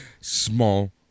small